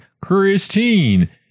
Christine